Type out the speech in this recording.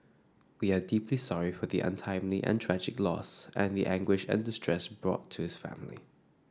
we are deeply sorry for the untimely and tragic loss and the anguish and distress brought to his family